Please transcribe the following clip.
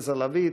עליזה לביא,